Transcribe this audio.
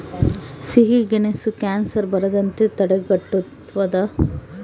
ಸಿಹಿಗೆಣಸು ಕ್ಯಾನ್ಸರ್ ಬರದಂತೆ ತಡೆಗಟ್ಟುತದ